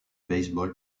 baseball